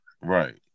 right